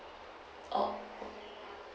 oh